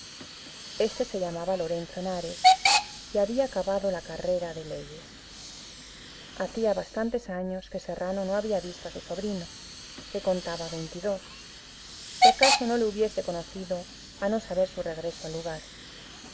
este se llamaba lorenzo henares y había acabado la carrera de leyes hacía bastantes años que serrano no había visto a su sobrino que contaba veintidós y acaso no le hubiese conocido a no saber su regreso al lugar